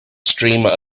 streamer